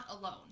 alone